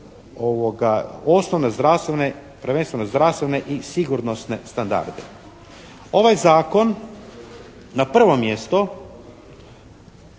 osnovne zdravstvene, prvenstveno zdravstvene i sigurnosne standarde. Ovaj zakon na prvo mjesto